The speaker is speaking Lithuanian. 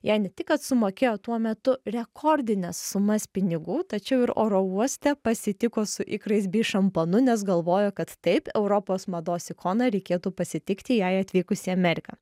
jai ne tik kad sumokėjo tuo metu rekordines sumas pinigų tačiau ir oro uoste pasitiko su ikrais bei šampanu nes galvojo kad taip europos mados ikoną reikėtų pasitikti jai atvykus į ameriką